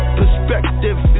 perspective